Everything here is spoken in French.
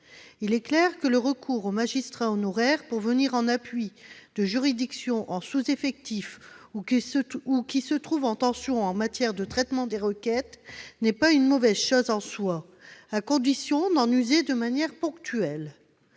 Il est clair que le recours aux magistrats honoraires pour venir en appui de juridictions en sous-effectif ou qui se trouvent en tension en matière de traitement des requêtes n'est pas une mauvaise chose en soi, à condition d'en user de manière ponctuelle.